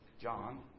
John